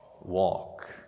walk